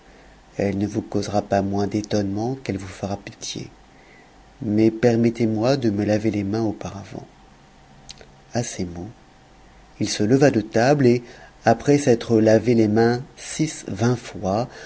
elle ne vous causera pas moins d'étonnement qu'elle vous fera de pitié mais permettez-moi de me laver les mains auparavant à ces mots il se leva de table et après s'être lavé les mains six vingts fois